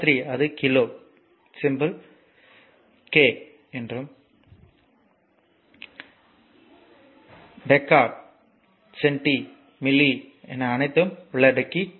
அதற்கேற்ப எண்ணைக் கொண்டிருப்பது அதை k ஆக மாற்றலாம் இந்த வழியில் deca deci centi milli micro அனைத்தும் உள்ளடக்கும்